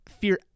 fear